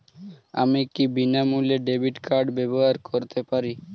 আমি কি বিনামূল্যে ডেবিট কার্ড ব্যাবহার করতে পারি?